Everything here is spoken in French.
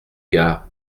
gars